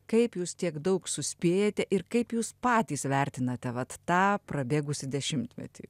kaip jūs tiek daug suspėjote ir kaip jūs patys vertinate vat tą prabėgusį dešimtmetį